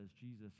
Jesus